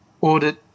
audit